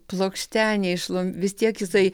plokštenį šlum vis tiek jisai